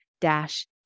dash